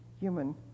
human